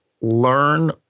learn